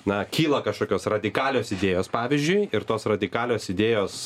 na kyla kažkokios radikalios idėjos pavyzdžiui ir tos radikalios idėjos